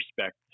respect